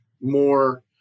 more